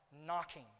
knocking